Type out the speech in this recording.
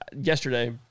yesterday